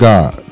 God